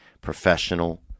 professional